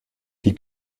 die